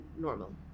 normal